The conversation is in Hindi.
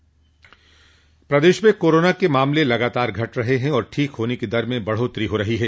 प्रदेश में कोरोना के मामले लगातार घट रहे हैं और ठीक होने की दर में बढ़ोत्तरी हो रही है